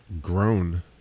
grown